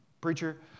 preacher